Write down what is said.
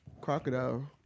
crocodile